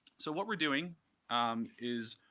so what we're doing um is,